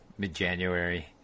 Mid-January